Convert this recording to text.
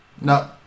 No